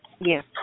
yes